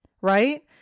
right